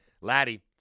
Laddie